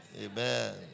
Amen